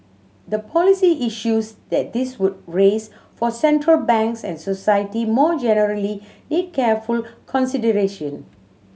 the policy issues that this would raise for Central Banks and society more generally need careful consideration